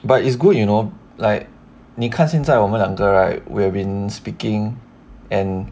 but it's good you know like 你看现在我们两个 right we have been speaking and